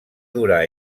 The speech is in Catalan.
durar